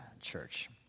church